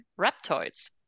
reptoids